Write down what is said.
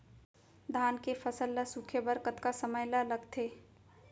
धान के फसल ल सूखे बर कतका समय ल लगथे?